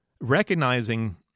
Recognizing